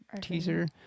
teaser